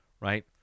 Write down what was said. right